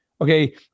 okay